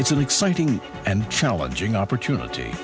it's an exciting and challenging opportunity